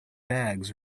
bags